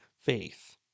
faith